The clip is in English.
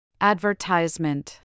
Advertisement